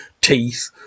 teeth